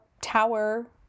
tower